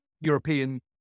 European